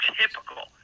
typical